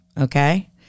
okay